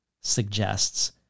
suggests